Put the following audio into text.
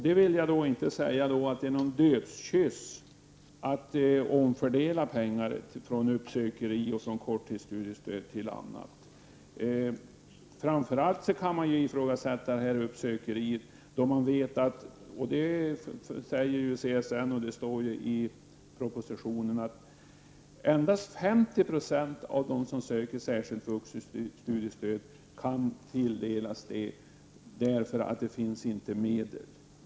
Jag vill inte hålla med om att det är en dödskyss att omfördela pengar från uppsökeri och korttidsstudiestöd till annat. Man kan framför allt ifrågasätta uppsökeriet, eftersom man vet — det säger CSN och det står i propositionen — att endast 50 26 av dem som söker särskilt vuxenstudiestöd kan tilldelas det. Det finns helt enkelt inte medel.